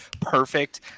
perfect